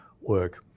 work